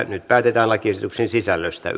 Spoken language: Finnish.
nyt päätetään lakiehdotuksen sisällöstä